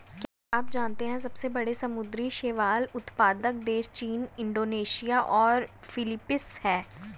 क्या आप जानते है सबसे बड़े समुद्री शैवाल उत्पादक देश चीन, इंडोनेशिया और फिलीपींस हैं?